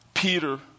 Peter